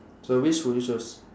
so which will you choose